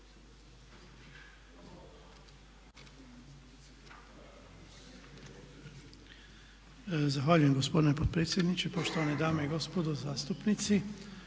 Zahvaljujem gospodine potpredsjedniče. Poštovane dame i gospodo evo mi